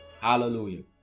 hallelujah